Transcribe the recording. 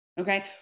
Okay